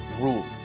rule